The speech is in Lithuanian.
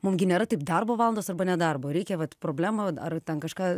mum gi nėra taip darbo valandos arba nedarbo reikia vat problemą ar ten kažką